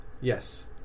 Yes